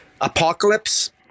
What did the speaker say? apocalypse